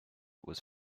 was